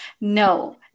No